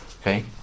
Okay